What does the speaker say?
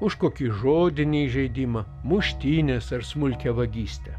už kokį žodinį įžeidimą muštynes ar smulkią vagystę